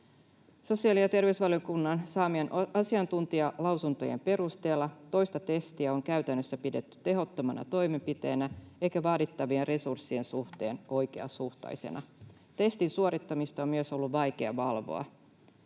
Sosiaali‑ ja terveysvaliokunnan saamien asiantuntijalausuntojen perusteella toista testiä on käytännössä pidetty tehottomana toimenpiteenä eikä vaadittavien resurssien suhteen oikeasuhtaisena. Testin suorittamista on myös ollut vaikeaa valvoa.